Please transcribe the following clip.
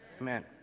Amen